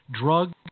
drug